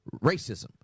Racism